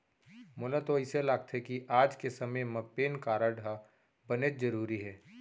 मोला तो अइसे लागथे कि आज के समे म पेन कारड ह बनेच जरूरी हे